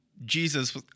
Jesus